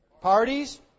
Parties